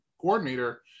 coordinator